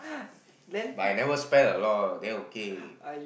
but I never spend a lot then okay